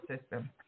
system